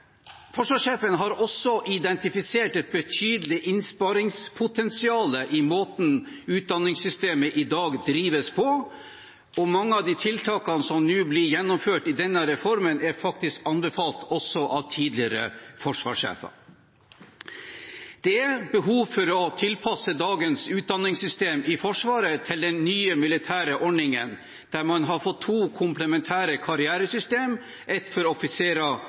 Forsvarssjefen har også identifisert et betydelig innsparingspotensial i måten utdanningssystemet i dag drives på, og mange av de tiltakene som nå blir gjennomført i denne reformen, er faktisk anbefalt også av tidligere forsvarssjefer. Det er behov for å tilpasse dagens utdanningssystem i Forsvaret til den nye militære ordningen, der man har fått to komplementære karrieresystem – et for offiserer